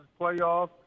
playoff